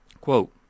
Quote